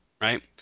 right